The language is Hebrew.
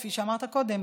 כפי שאמרת קודם,